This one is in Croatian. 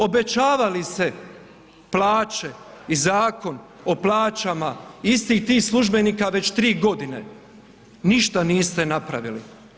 Obećavali ste plaće i Zakon o plaćama istih tih službenika već 3 godine, ništa niste napravili.